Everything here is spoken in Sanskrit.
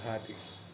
भाति